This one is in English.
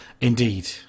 Indeed